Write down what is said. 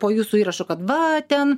po jūsų įrašu kad va ten